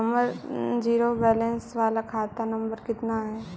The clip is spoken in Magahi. हमर जिरो वैलेनश बाला खाता नम्बर कितना है?